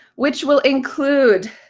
which will include